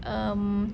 um